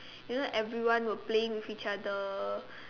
you know everyone were playing with each other